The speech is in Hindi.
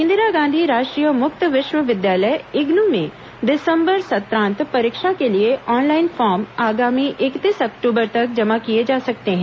इंदिरा गांधी राष्ट्रीय मुक्त विश्वविद्यालय इग्नू में दिसंबर सत्रांत परीक्षा के लिए ऑनलाइन फॉर्म आगामी इकतीस अक्टूबर तक जमा किए जा सकते हैं